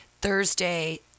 Thursday